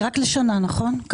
זה רק לשנה, נכון?